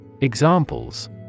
Examples